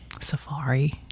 Safari